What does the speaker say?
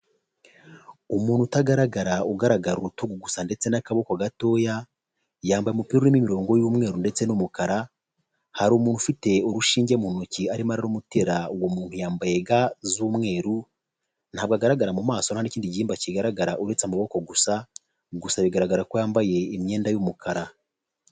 Umuntu utagaragara ugaragara urutugu gusa ndetse n'akaboko gatoya yambaye umupira n'imirongo y'umweru ndetse n'umukara hari umuntu ufite urushinge mu ntoki arimo ararumutera uwo muntu yambaye ga z'umweru ntabwo agaragara mu maso ntanikindi gihimba kigaragara uretse amaboko gusa bigaragara ko yambaye imyenda y'umukara.